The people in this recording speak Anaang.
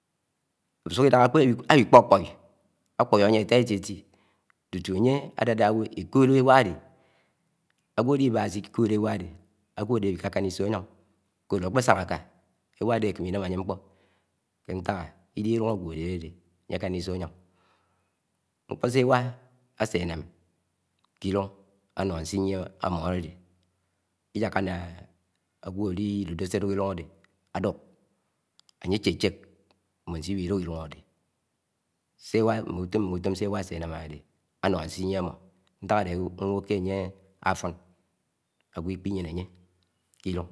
Úsọhọ ídáhá áwi-kṕọkṕomé akṕọné aye átá éti-eti tútú áyé asádá áwó éḱọd ́ ewa ade. Ágwó adibáhá ñsiki̱kọd éwá ád́é, ágẃọ ád́é awi-kákáná isọ áyóṇg. Nsádé akṕésáhá áká ewá ádé akémẹ lnam aye nkpo, ke ntak? Idéhé llúṇg agwọ ade adede, aye kana lsọ áyóṇg. Nkṕọ se ewá áséñạm ki llung ano asinie ámọ adwde, lyaka nna awo ali-dodo se ádùk ilùṇg ádé ádúk, Áyé asese mbọn se íwí-dúk llùng ade. Mme ùtọm, mme utom se ewá áse ánám adédé anọ nsiyie mmọ. Nták adede mmọhò ke, áye áfọn ágwọ lkpiyéné ayé ké llùng.